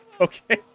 Okay